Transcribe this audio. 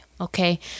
okay